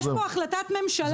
יש פה החלטת ממשלה,